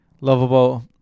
lovable